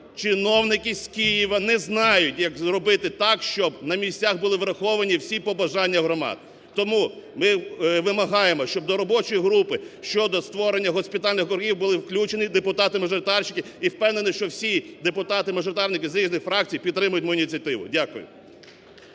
чиновники з Києва не знають, як зробити так, щоб на місцях були враховані всі побажання громад. Тому ми вимагаємо, щоб до робочої групи щодо створення госпітальних округів були включені депутати-мажоритарщики і впевнений, що всі депутати-мажоритарники з різних фракцій підтримають мою ініціативу. Дякую.